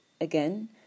again